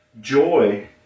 joy